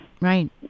Right